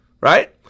Right